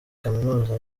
kaminuza